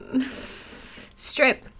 Strip